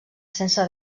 sense